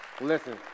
Listen